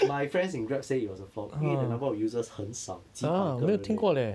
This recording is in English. my friends in Grab said it was a flop 因为 the number of users 很少几百个人而已